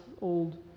old